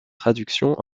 traduction